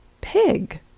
pig